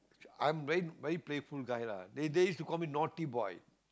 I'm very very playful guy lah they they used to call me naughty boy